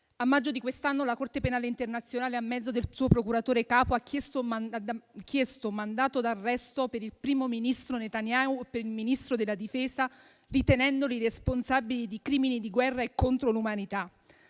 A maggio di quest'anno la Corte penale internazionale, a mezzo del suo procuratore capo, ha chiesto un mandato d'arresto per il primo ministro Netanyahu e per il Ministro della difesa, ritenendoli responsabili di crimini di guerra e contro l'umanità.